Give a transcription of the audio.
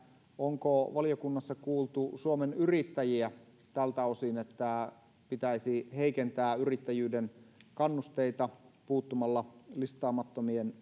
onko valiokunnassa kuultu suomen yrittäjiä tältä osin että pitäisi heikentää yrittäjyyden kannusteita puuttumalla listaamattomien